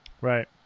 Right